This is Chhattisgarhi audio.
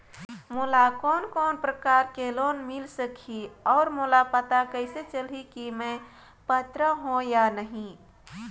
मोला कोन कोन प्रकार के लोन मिल सकही और मोला पता कइसे चलही की मैं पात्र हों या नहीं?